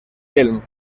film